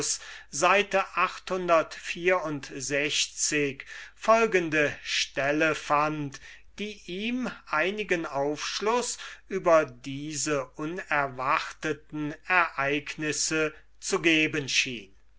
seite folgende stelle fand die ihm einigen aufschluß über diese unerwartete ereignisse zu geben schien